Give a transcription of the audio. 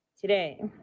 Today